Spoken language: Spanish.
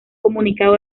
comunicado